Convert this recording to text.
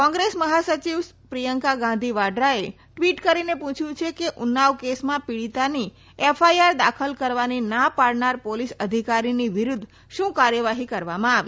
કોગ્રેસ મહાસચિવ પ્રિયંકા ગાંધી વાડ્રાએ ટવીટ કરીને પુછયુ છે કે ઉનાવ કેસમાં પીડીતાની એફઆઇઆર દાખલ કરવાની ના પાડનાર પોલીસ અધિકારીની વીરુધ્ધ શું કાર્યવાહી કરવામાં આવી